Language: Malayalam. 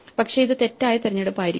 പക്ഷേ ഇത് തെറ്റായ തിരഞ്ഞെടുപ്പായിരിക്കാം